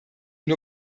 nur